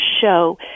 show